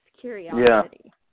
curiosity